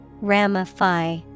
Ramify